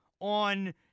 on